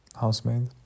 Housemaid